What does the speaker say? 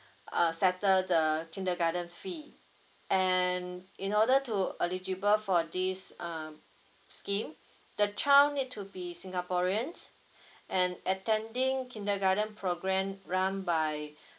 uh settle the kindergarten fee and in order to eligible for this um scheme the child need to be singaporeans and attending kindergarten program run by